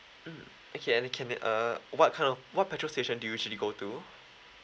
mm okay can uh what kind of what petrol station do you usually go to